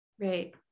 Right